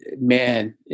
man